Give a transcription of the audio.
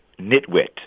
nitwit